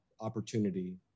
opportunity